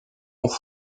ont